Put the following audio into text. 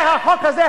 החוק הזה,